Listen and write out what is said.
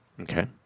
Okay